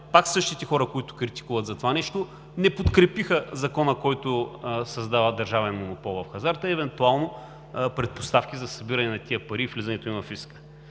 пак същите хора, които критикуват за това нещо, не подкрепиха Закона, който създава държавен монопол в хазарта и евентуално е предпоставка за събиране на тия пари и влизането им във фиска.